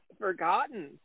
forgotten